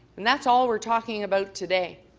and that's all we're talking about today.